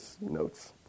notes